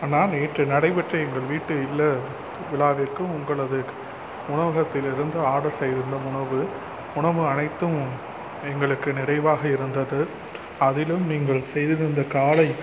அண்ணா நேற்று நடைபெற்ற எங்கள் வீட்டு இல்ல விழாவிற்கு உங்களது உணவகத்திலிருந்து ஆர்டர் செய்துள்ள உணவு உணவு அனைத்தும் எங்களுக்கு நிறைவாக இருந்தது அதிலும் நீங்கள் செய்திருந்த காலை